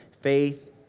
Faith